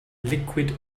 liquid